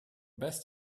best